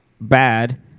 bad